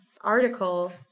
article